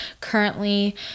currently